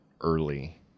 early